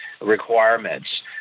requirements